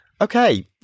okay